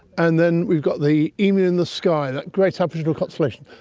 and then we've got the emu in the sky, that great aboriginal constellation,